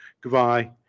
Goodbye